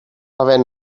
havent